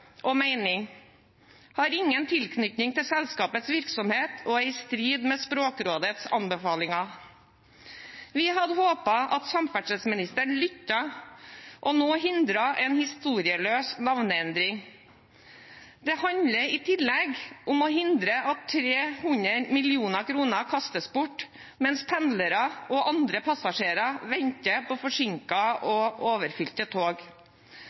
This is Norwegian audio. har ingen tilknytning til selskapets virksomhet og er i strid med Språkrådets anbefalinger. Vi hadde håpet at samferdselsministeren lyttet og nå hindret en historieløs navneendring. Det handler i tillegg om å hindre at 300 mill. kr kastes bort, mens pendlere og andre passasjerer venter på forsinkede og overfylte tog